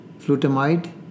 flutamide